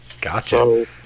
Gotcha